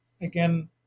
again